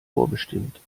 vorbestimmt